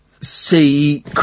see